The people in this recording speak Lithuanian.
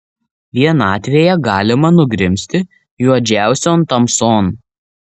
vienatvėje galima nugrimzti juodžiausion tamson